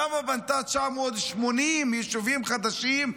למה בנתה 980 יישובים חדשים,